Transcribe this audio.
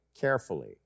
carefully